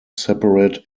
separate